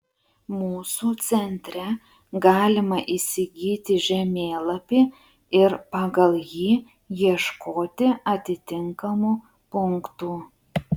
mūsų centre galima įsigyti žemėlapį ir pagal jį ieškoti atitinkamų punktų